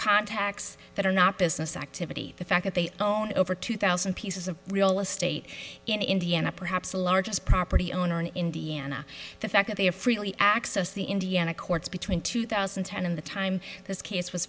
contacts that are not business activity the fact that they own over two thousand pieces of real estate in indiana perhaps the largest property owner in indiana the fact that they have freely access the indiana courts between two thousand and ten and the time this case was